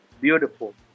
beautiful